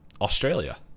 Australia